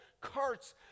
carts